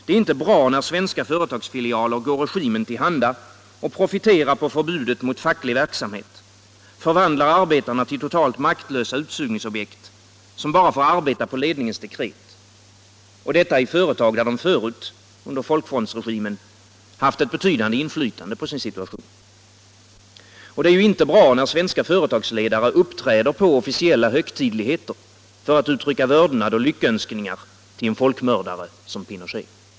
Det är inte bra när svenska företagsfilialer går regimen till handa och profiterar på förbudet mot facklig verksamhet, förvandlar arbetarna till totalt maktlösa utsugningsobjekt som bara får arbeta på ledningens dekret — och detta i företag där de förut, under folkfrontsregimen, haft ett betydande inflytande på sin situation. Det är inte bra när svenska företagsledare uppträder på officiella högtidligheter för att uttrycka vördnad och lyckönskningar till en folkmördare som Pinochet.